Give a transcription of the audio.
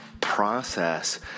process